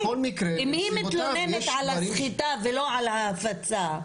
אם היא מתלוננת על הסחיטה ולא על ההפצה?